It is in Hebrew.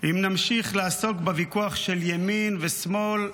אם נמשיך לעסוק בוויכוח של ימין ושמאל,